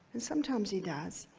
and sometimes he does,